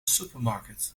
supermarket